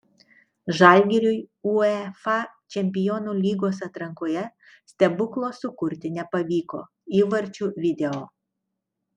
žalgiriui uefa čempionų lygos atrankoje stebuklo sukurti nepavyko įvarčių video